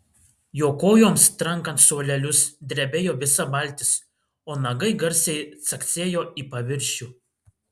jo kojoms trankant suolelius drebėjo visa valtis o nagai garsiai caksėjo į paviršių